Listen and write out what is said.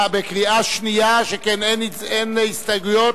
בקריאה שנייה, שכן אין הסתייגויות,